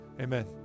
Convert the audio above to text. Amen